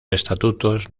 estatutos